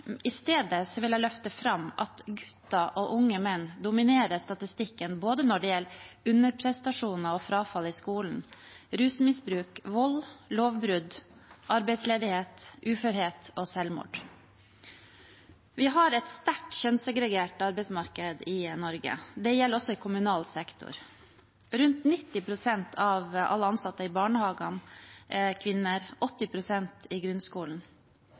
I stedet vil jeg løfte fram at gutter og unge menn dominerer statistikken når det gjelder både underprestasjoner og frafall i skolen, rusmisbruk, vold, lovbrudd, arbeidsledighet, uførhet og selvmord. Vi har et sterkt kjønnssegregert arbeidsmarked i Norge. Det gjelder også i kommunal sektor. Rundt 90 pst. av alle ansatte i barnehagene er kvinner, 80 pst i grunnskolen.